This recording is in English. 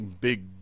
Big